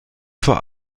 vor